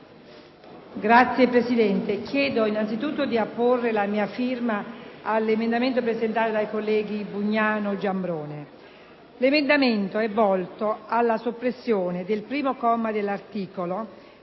Signor Presidente, chiedo anzitutto di apporre la mia firma all'emendamento 3.5, presentato dai colleghi Bugnano e Giambrone. L'emendamento è volto alla soppressione del comma 1 dell'articolo